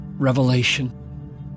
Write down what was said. Revelation